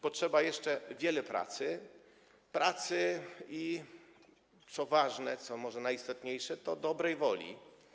Potrzeba jeszcze wiele pracy i - co ważne, co może najistotniejsze - dobrej woli.